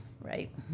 Right